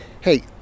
hey